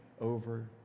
over